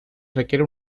requiere